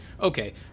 okay